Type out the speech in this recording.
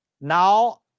Now